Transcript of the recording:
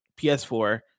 ps4